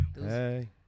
Hey